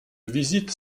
visite